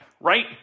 right